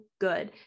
good